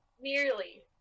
Nearly